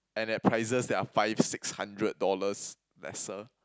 and at prices that are at five six hundred dollars lesser